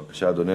בבקשה, אדוני.